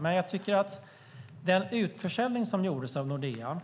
Men den utförsäljning som gjordes av Nordea